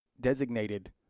designated